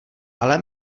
ale